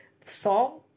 song